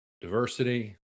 diversity